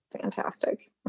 fantastic